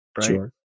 Sure